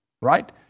right